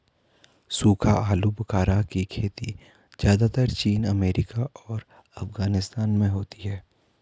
सूखा आलूबुखारा की खेती ज़्यादातर चीन अमेरिका और अफगानिस्तान में होती है